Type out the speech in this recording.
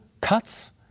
cuts